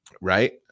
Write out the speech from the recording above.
right